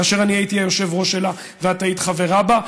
כאשר אני הייתי היושב-ראש שלה ואת היית חברה בה,